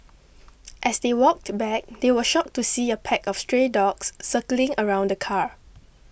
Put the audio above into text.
as they walked back they were shocked to see a pack of stray dogs circling around the car